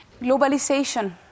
Globalization